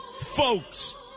Folks